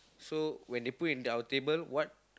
so when they put into our table what